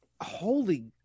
holy